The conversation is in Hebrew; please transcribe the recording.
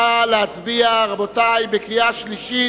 נא להצביע, רבותי, בקריאה שלישית.